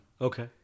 Okay